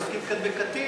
כי עוסקים כאן בקטין,